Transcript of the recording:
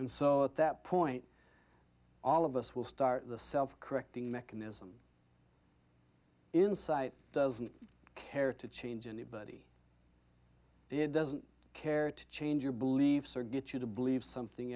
and so at that point all of us will start the self correcting mechanism insight doesn't care to change anybody it doesn't care to change your beliefs or get you to believe something